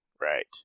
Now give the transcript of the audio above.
right